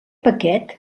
paquet